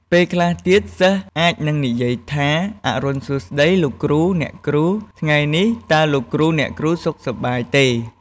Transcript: ពេលខ្លះទៀត សិស្សអាចនឹងនិយាយថា អរុណសួស្ដី លោកគ្រូ អ្នកគ្រូ ថ្ងៃនេះ តើលោកគ្រូ អ្នកគ្រូសុខសប្បាយទេ?